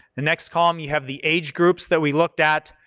the next column you have the age groups that we looked at,